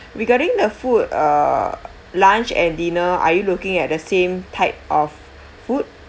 regarding the food uh lunch and dinner are you looking at the same type of food